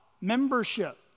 membership